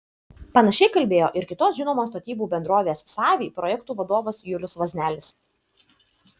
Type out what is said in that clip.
panašiai kalbėjo ir kitos žinomos statybų bendrovės savy projektų vadovas julius vaznelis